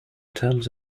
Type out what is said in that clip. terms